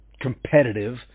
competitive